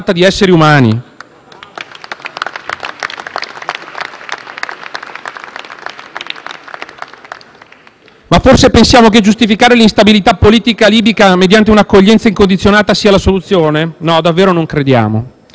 L-SP-PSd'Az)*. Ma forse pensiamo che giustificare l'instabilità politica libica mediante un'accoglienza incondizionata sia la soluzione? No, davvero non lo crediamo.